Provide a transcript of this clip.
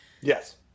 Yes